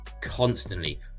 constantly